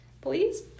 please